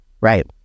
right